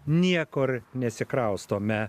niekur nesikraustome